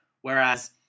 whereas